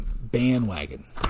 Bandwagon